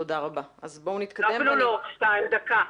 דקה.